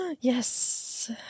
Yes